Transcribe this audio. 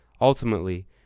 Ultimately